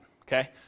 okay